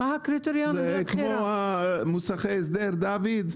זה חסר היגיון.